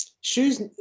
shoes